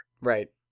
Right